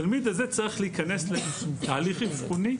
התלמיד הזה צריך להיכנס לתהליך אבחוני,